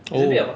oh